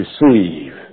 Receive